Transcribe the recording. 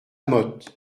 motte